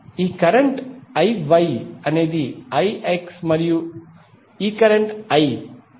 ఈ current IY ఇది IX మరియు ఈ కరెంట్ I